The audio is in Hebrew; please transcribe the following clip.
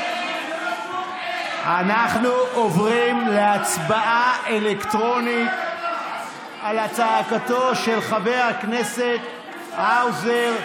אנחנו עוברים להצבעה אלקטרונית על הצעתו של חבר הכנסת האוזר,